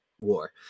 war